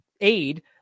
aid